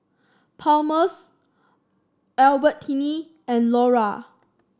Palmer's Albertini and Lora